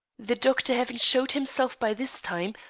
the doctor having showed himself by this time,